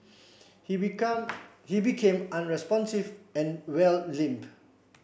he become he became unresponsive and wear limp